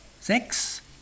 sechs